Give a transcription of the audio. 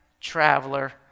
traveler